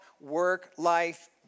work-life